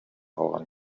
калган